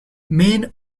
men